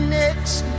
next